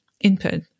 input